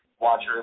watchers